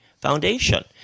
Foundation